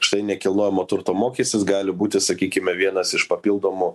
štai nekilnojamo turto mokestis gali būti sakykime vienas iš papildomų